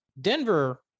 denver